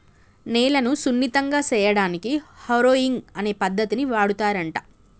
నేలను సున్నితంగా సేయడానికి హారొయింగ్ అనే పద్దతిని వాడుతారంట